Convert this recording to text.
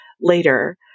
later